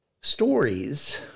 stories